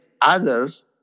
others